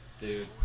Dude